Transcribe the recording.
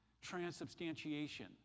transubstantiation